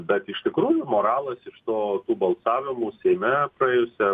bet iš tikrųjų moralas iš to tų balsavimų seime praėjusią